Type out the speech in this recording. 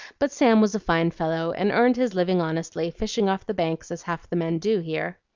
but sam was a fine fellow and earned his living honestly, fishing off the banks, as half the men do here.